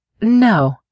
No